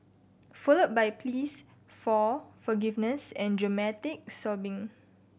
followed by pleas for forgiveness and dramatic sobbing